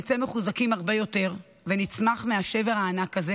שנצא מחוזקים הרבה יותר ונצמח מהשבר הענק הזה.